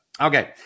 okay